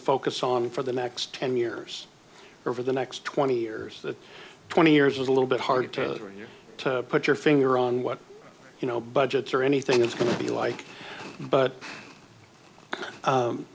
focus on for the next ten years over the next twenty years that twenty years is a little bit hard to put your finger on what you know budgets or anything is going to be like but